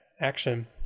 action